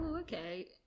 okay